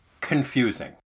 confusing